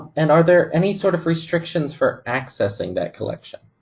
and are there any sort of restrictions for accessing that collection?